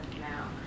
now